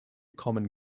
common